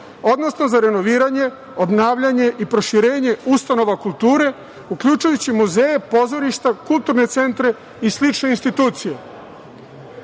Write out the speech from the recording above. odnosno za renoviranje, obnavljanje i proširenje ustanova kulture, uključujući muzeje, pozorišta, kulturne centre i slične institucije.